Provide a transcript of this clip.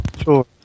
Sure